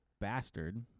bastard